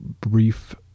brief